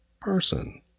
person